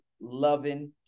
loving